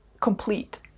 complete